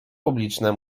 publiczne